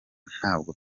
ntabwo